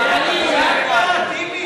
לאט-לאט, טיבי.